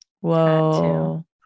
Whoa